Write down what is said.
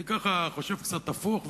אני חושב קצת הפוך,